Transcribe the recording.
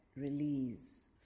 release